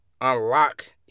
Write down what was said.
unlock